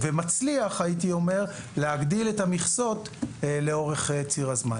והייתי אומר מצליח להגדיל את המכסות לאורך ציר הזמן.